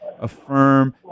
affirm